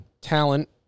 talent